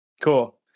Cool